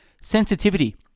Sensitivity